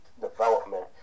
development